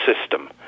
system